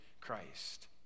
Christ